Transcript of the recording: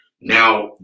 Now